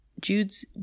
Jude's